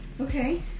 Okay